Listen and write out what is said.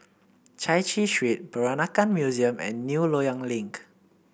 Chai Chee Street Peranakan Museum and New Loyang Link